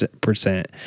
percent